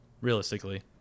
Realistically